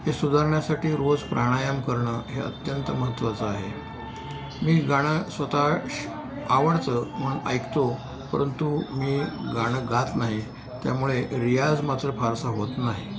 हे सुधारण्यासाठी रोज प्राणायाम करणं हे अत्यंत महत्त्वाचं आहे मी गाणं स्वत शी आवडतं म्हणून ऐकतो परंतु मी गाणं गात नाही त्यामुळे रियाज मात्र फारसा होत नाही